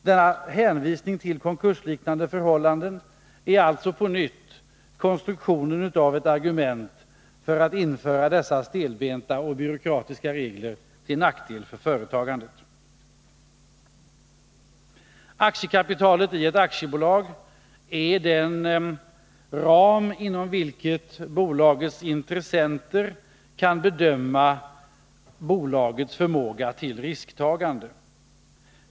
Denna hänvisning till konkursliknande förhållanden innebär alltså på nytt en konstruktion av ett argument för att införa dessa stelbenta och byråkratiska regler till nackdel för företagandet. Aktiekapitalet i ett aktiebolag är den ram inom vilken bolagets intressenter kan bedöma bolagets förmåga till risktagande.